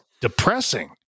depressing